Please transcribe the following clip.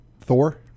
Thor